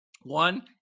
one